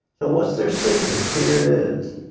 so what's their secret? here it is.